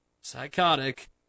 psychotic